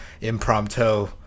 impromptu